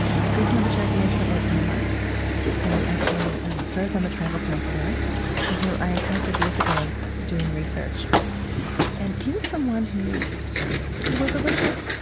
citizen of the cherokee nation of oklahoma who actually serves on the tribal council there and who i encountered years ago doing research and he was someone who was a little bit